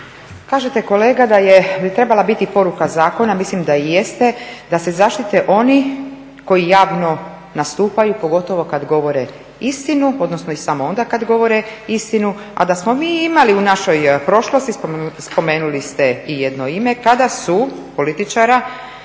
Kažete kolega da bi trebala biti poruka zakona, mislim da i jeste, da se zaštite oni koji javno nastupaju, pogotovo kad govore istinu, odnosno i samo onda kad govore istinu, a da smo imali u našoj prošlosti, spomenuli ste i jedno ime političara,